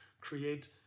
create